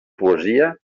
poesia